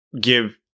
give